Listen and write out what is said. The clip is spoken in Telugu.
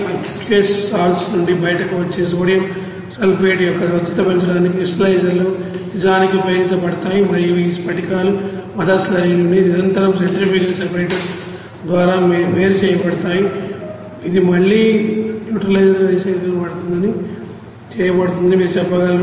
అక్యూయోస్ సాల్ట్స్ నుండి బయటకు వచ్చే సోడియం సల్ఫైట్ యొక్క స్వచ్ఛతను పెంచడానికి క్రిస్టలైజర్లు నిజానికి ఉపయోగించబడతాయి మరియు ఈ స్ఫటికాలు మదర్ స్లర్రీ నుండి నిరంతర సెంట్రిఫ్యూగల్ సెపరేటర్ ద్వారా వేరు చేయబడతాయి ఇది మళ్లీ న్యూట్రలైజర్గా రీసైకిల్ చేయబడిందని మీరు చెప్పగలరు